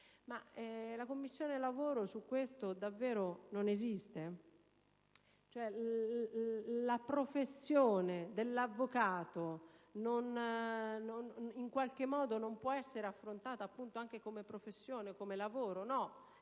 La Commissione lavoro su questo tema davvero non esiste? La professione dell'avvocato non può essere affrontata anche come professione, come lavoro? È